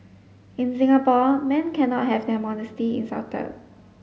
in Singapore men cannot have their modesty insulted